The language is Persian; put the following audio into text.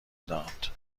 داد